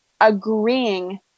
agreeing